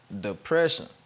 depression